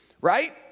right